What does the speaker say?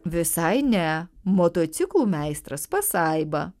visai ne motociklų meistras pasaiba